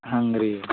ಹಂಗೆ ರೀ